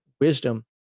wisdom